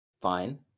Fine